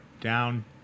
Down